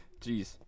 Jeez